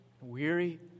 weary